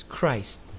Christ